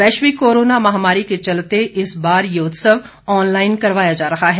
वैश्विक कोरोना महामारी के चलते इस बार ये उत्सव ऑनलाइन करवाया जा रहा है